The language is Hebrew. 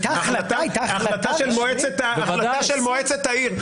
הייתה החלטה של מועצת העיר.